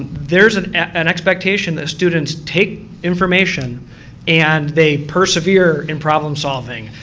there's an an expectation students take information and they persevere in problem solving,